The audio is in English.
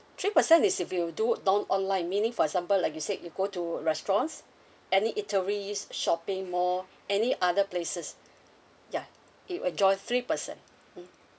three percent is if you do it non online meaning for example like you said you go to restaurants any eateries shopping mall any other places yeah you enjoy three percent mm